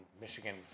Michigan